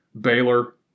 Baylor